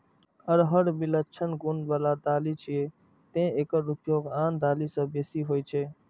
अरहर विलक्षण गुण बला दालि छियै, तें एकर उपयोग आन दालि सं बेसी होइ छै